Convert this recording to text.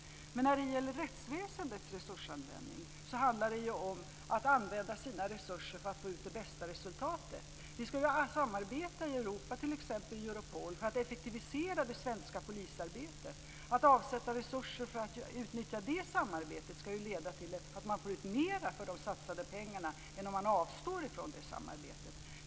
Men när det gäller rättsväsendets resursanvändning så handlar det ju om att använda resurserna på ett sådant sätt att man får ut det bästa resultatet. Vi ska ju samarbeta i Europa, t.ex. i Europol, för att effektivisera det svenska polisarbetet. Att avsätta resurser för att utnyttja det samarbetet ska ju leda till att man får ut mer för de satsade pengarna än om man avstår från det samarbetet.